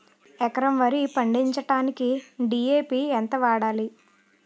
ఎకరం వరి పండించటానికి డి.ఎ.పి ఎంత వాడాలి?